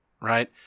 right